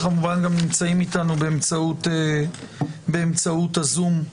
וכמובן גם נמצאים איתנו באמצעות הזום גם